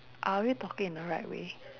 are we talking in the right way